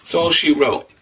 so all she wrote.